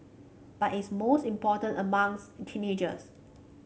but it's most important among teenagers